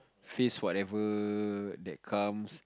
face whatever that comes